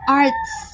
arts